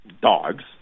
dogs